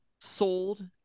Sold